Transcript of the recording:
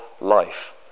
life